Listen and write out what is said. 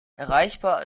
erreichbar